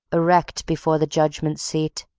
erect before the judgment seat.